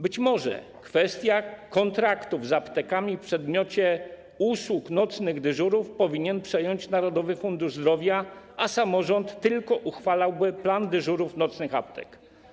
Być może kwestię kontraktów z aptekami w przedmiocie usług nocnych dyżurów powinien przejąć Narodowy Fundusz Zdrowia, a samorząd tylko uchwalałby plan dyżurów nocnych aptek.